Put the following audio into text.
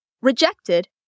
Rejected